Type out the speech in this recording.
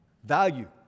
value